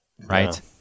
right